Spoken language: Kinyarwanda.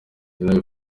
gen